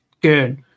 good